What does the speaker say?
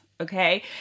Okay